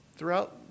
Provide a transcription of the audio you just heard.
Throughout